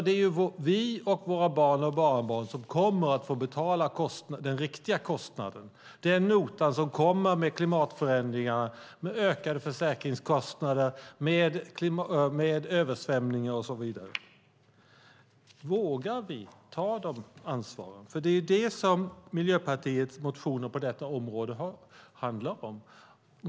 Det är vi och våra barn och barnbarn som kommer att få betala den riktiga kostnaden, den nota som kommer med klimatförändringarna, med ökade försäkringskostnader, översvämningar och så vidare. Vågar vi ta ansvaret? Det är det som Miljöpartiets motioner på detta område handlar om.